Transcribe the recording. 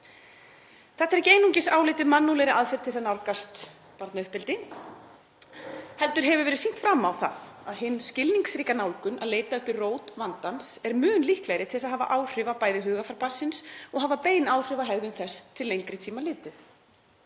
Þetta er ekki einungis álitið mannúðlegri aðferð til að nálgast barnauppeldi heldur hefur verið sýnt fram á það að hin skilningsríka nálgun að leita uppi rót vandans er mun líklegri til að hafa áhrif á bæði hugarfar barnsins og hafa bein áhrif á hegðun þess til lengri tíma litið.